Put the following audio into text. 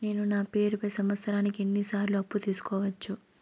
నేను నా పేరుపై సంవత్సరానికి ఎన్ని సార్లు అప్పు తీసుకోవచ్చు?